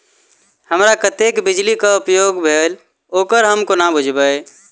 हमरा कत्तेक बिजली कऽ उपयोग भेल ओकर हम कोना बुझबै?